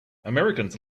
americans